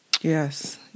Yes